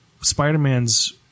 Spider-Man's